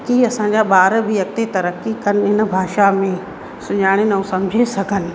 की असांजा ॿार बि अॻिते तरक़ी कनि इन भाषा में सुञाणनि ऐं सम्झी सघनि